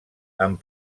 amb